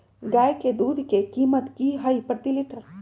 गाय के दूध के कीमत की हई प्रति लिटर?